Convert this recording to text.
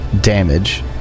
damage